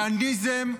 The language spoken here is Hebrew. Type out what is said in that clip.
כהניזם,